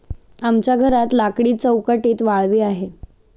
आमच्या घरात लाकडी चौकटीत वाळवी आहे